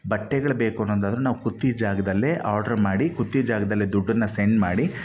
ಬಟ್ಟೆಗಳು ಬೇಕು ಅನ್ನೋದಾದರೆ ನಾವು ಕೂತಿದ್ದ ಜಾಗದಲ್ಲೇ ಆರ್ಡರ್ ಮಾಡಿ ಕೂತಿದ್ದ ಜಾಗದಲ್ಲೇ ದುಡ್ಡನ್ನು ಸೆಂಡ್ ಮಾಡಿ